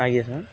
ଆଜ୍ଞା ସାର୍